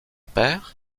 père